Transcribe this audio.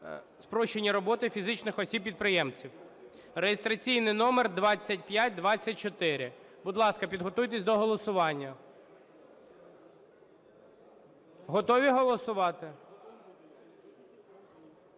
спрощення роботи фізичних осіб-підприємців (реєстраційний номер 2524). Будь ласка, підготуйтесь до голосування. Готові голосувати?